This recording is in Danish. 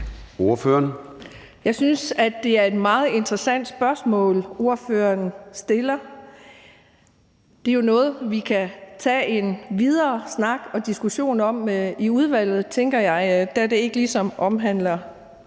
Jeg synes, det er et meget interessant spørgsmål, ordføreren stiller. Det er jo noget, vi kan tage en videre snak og diskussion om i udvalget, tænker jeg, da det ligesom ikke omhandler